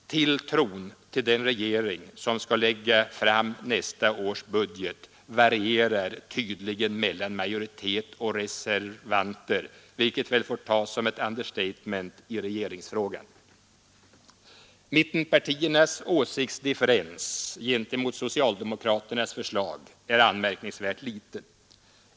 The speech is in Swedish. Tilltron till den regering som skall lägga fram nästa års budget varierar tydligen mellan majoritet och reservanter, vilket väl får tas som ett understatement i regeringsfrågan. Mittenpartiernas åsiktsdifferens gentemot socialdemokraternas förslag är anmärkningsvärt liten.